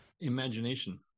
Imagination